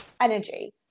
energy